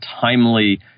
timely